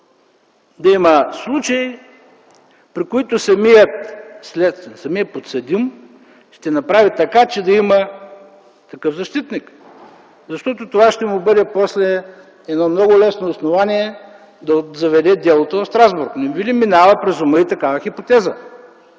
да има случаи, при които самият следствен, самият подсъдим ще направи така, че да има такъв защитник. Защото това ще му бъде после едно много лесно основание да заведе делото в Страсбург. Не Ви ли минава през ума и такава хипотеза?